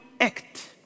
act